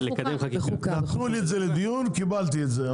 לקחו לי את זה לדיון - קיבלתי את זה.